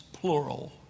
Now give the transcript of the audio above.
plural